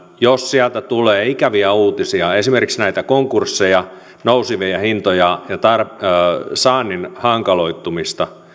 jos seurantajärjestelmästä tulee ikäviä uutisia esimerkiksi näitä konkursseja nousevia hintoja ja saannin hankaloitumista